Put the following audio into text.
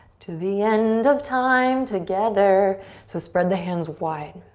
to the end of time together so spread the hands wide.